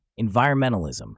environmentalism